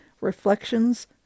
reflections